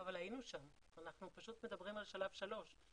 אבל היינו שם, אנחנו פשוט מדברים על שלב שלוש.